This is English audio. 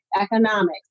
economics